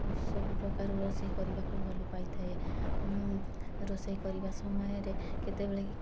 ସବୁ ପ୍ରକାର ରୋଷେଇ କରିବାକୁ ଭଲ ପାଇ ଥାଏ ମୁଁ ରୋଷେଇ କରିବା ସମୟରେ କେତେବେଳେ